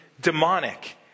demonic